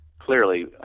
clearly